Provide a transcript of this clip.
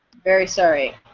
very sorry.